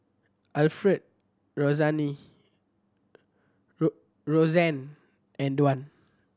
Alfred Roseanne and Dwan